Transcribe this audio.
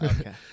Okay